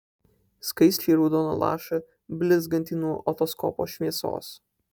skaisčiai raudoną lašą blizgantį nuo otoskopo šviesos